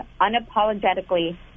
unapologetically